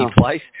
place